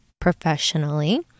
professionally